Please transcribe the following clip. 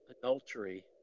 adultery